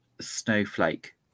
snowflake